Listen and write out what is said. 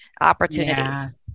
opportunities